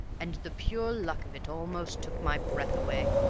and the pure luck of it almost took my breath away.